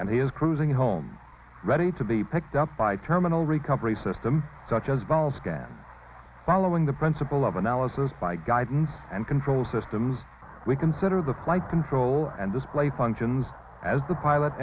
and he is cruising home ready to be picked up by terminal recovery system such as valves again following the principle of analysis by guidance and control systems we consider the flight control and display functions as the pilot